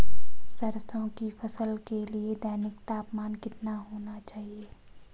सरसों की फसल के लिए दैनिक तापमान कितना होना चाहिए?